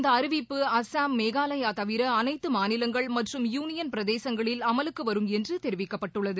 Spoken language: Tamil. இந்த அறிவிப்பு அஸ்ஸாம் மேகாலயா தவிர அனைத்து மாநிலங்கள் மற்றும் யூனியன் பிரதேசங்களில் அமலுக்கு வரும் என்று தெரிவிக்கப்பட்டுள்ளது